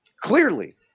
Clearly